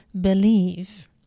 believe